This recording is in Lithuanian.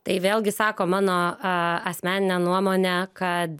tai vėlgi sako mano a asmeninė nuomonė kad